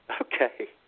Okay